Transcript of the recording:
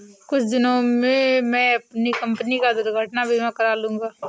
कुछ दिनों में मैं अपनी कंपनी का दुर्घटना बीमा करा लूंगा